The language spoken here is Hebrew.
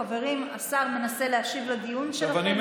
חברים, השר מנסה להשיב לדיון שלכם.